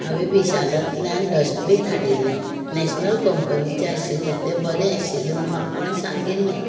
हांवें विशालांतल्यान डस्टबीन हाडिल्लें नॅशनल कंपनीचें आशिल्लें तें बरें आशिल्लें म्हणून म्हाका कोणें सांगिल्लें